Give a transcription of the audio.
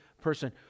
person